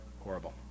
horrible